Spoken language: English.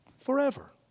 forever